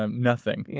and nothing. yeah